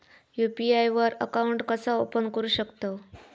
UPI वर account कसा open करू शकतव?